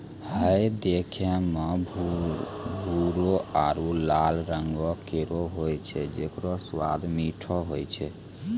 हय देखै म भूरो आरु लाल रंगों केरो होय छै जेकरो स्वाद मीठो होय छै